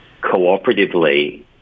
cooperatively